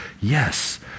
Yes